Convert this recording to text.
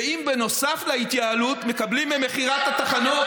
ואם, בנוסף להתייעלות, מקבלים ממכירת התחנות,